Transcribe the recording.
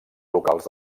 locals